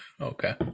Okay